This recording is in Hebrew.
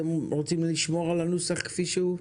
בנושא הזה אתם רוצים לשמור על הנוסח כפי שהוא?